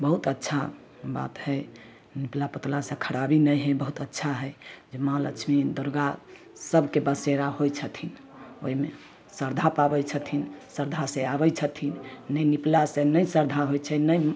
बहुत अच्छा बात हइ निपला पोतलासँ खराबी नहि हइ बहुत अच्छा हइ जे माँ लक्ष्मी दुर्गा सभके बसेरा होइ छथिन ओहिमे श्रद्धा पाबै छथिन श्रद्धासँ आबै छथिन नहि निपलासँ नहि श्रद्धा होइ छै नहि